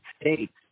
States